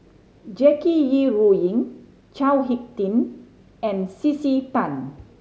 Jackie Yi Ru Ying Chao Hick Tin and C C Tan